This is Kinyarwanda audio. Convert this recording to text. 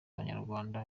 abanyarwanda